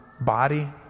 body